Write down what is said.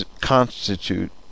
constitute